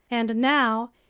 and now,